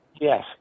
Yes